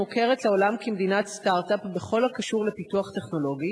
המוכרת לעולם כמדינת סטארט-אפ בכל הקשור לפיתוח טכנולוגי,